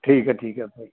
ਠੀਕ ਹੈ ਠੀਕ ਹੈ ਭਾਈ